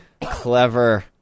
Clever